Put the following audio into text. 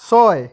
ছয়